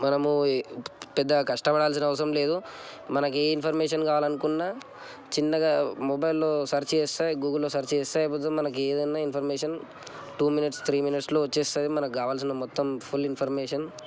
మనము పెద్దగా కష్టపడాల్సిన అవసరం లేదు మనకి ఏ ఇన్ఫర్మేషన్ కావాలనుకున్న చిన్నగా మొబైల్లో సర్చ్ చేస్తే గూగుల్లో సర్చ్ చేస్తే అయిపోతుంది మనకి ఏదైనా ఇన్ఫర్మేషన్ టూ మినిట్స్ త్రీ మినిట్స్లో వస్తుంది మనకు కావాల్సిన మొత్తం ఫుల్ ఇన్ఫర్మేషన్